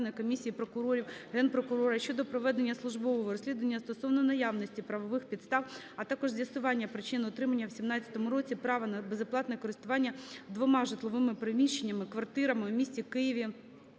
комісії прокурорів, Генпрокурора щодо проведення службового розслідування стосовно наявності правових підстав, а також з'ясування причин отримання у 2017 році права на безоплатне користування двома житловими приміщеннями (квартирами) у місті Києві,